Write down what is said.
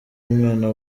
umwana